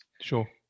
Sure